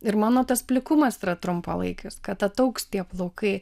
ir mano tas plikumas yra trumpalaikis kad ataugs tie plaukai